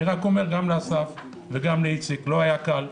אני אומר גם לאסף וגם לאיציק שלא היה קל,